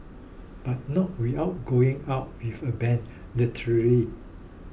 but not without going out with a bang literal